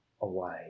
away